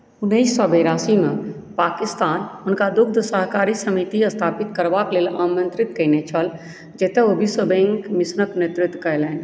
बीस सए बेरासीमे पाकिस्तान हुनका दुग्ध सहकारी समिति स्थापित करबाके लेल आमन्त्रित कयने छल जतय ओ विश्व बैंक मिशनके नेतृत्व कयलनि